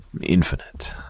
infinite